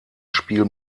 spiel